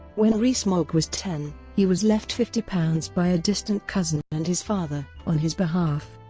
when rees-mogg was ten, he was left fifty pounds by a distant cousin and his father, on his behalf,